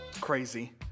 crazy